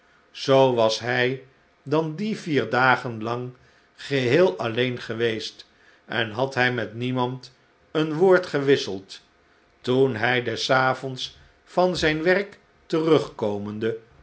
zoo was hij dan die vier dagen lang geheel alleen geweest en had hij met niemand een woord gewisseld toen hij des avonds van zijn werk terugkomende